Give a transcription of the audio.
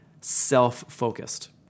self-focused